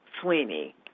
Sweeney